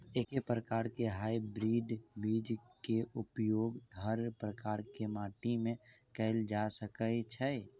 एके प्रकार केँ हाइब्रिड बीज केँ उपयोग हर प्रकार केँ माटि मे कैल जा सकय छै?